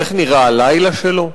איך נראה הלילה שלו?